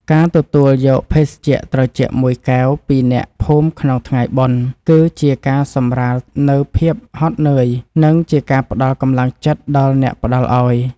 ការទទួលយកភេសជ្ជៈត្រជាក់មួយកែវពីអ្នកភូមិក្នុងថ្ងៃបុណ្យ គឺជាការសម្រាលនូវភាពហត់នឿយ និងជាការផ្តល់កម្លាំងចិត្តដល់អ្នកផ្តល់ឱ្យ។